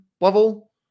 level